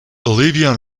olivia